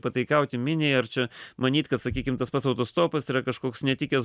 pataikauti miniai ar čia manyt kad sakykime tas pats autostopas yra kažkoks netikęs